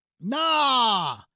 nah